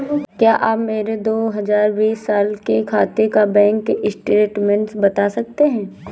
क्या आप मेरे दो हजार बीस साल के खाते का बैंक स्टेटमेंट बता सकते हैं?